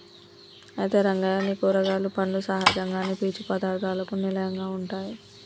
అయితే రంగయ్య నీ కూరగాయలు పండ్లు సహజంగానే పీచు పదార్థాలకు నిలయంగా ఉంటాయి